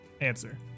Answer